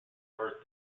birth